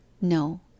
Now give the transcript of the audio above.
No